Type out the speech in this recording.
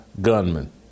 gunman